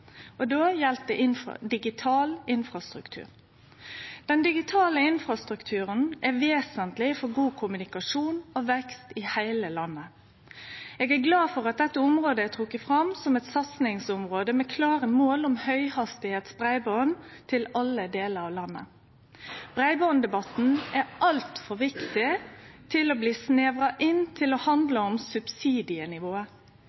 då gjeld det digital infrastruktur. Den digitale infrastrukturen er vesentleg for god kommunikasjon og vekst i heile landet. Eg er glad for at dette området er trekt fram som eit satsingsområde med klare mål om høghastigheits breiband til alle delar av landet. Breibanddebatten er altfor viktig til å bli snevra inn til å